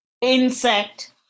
insect